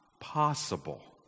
possible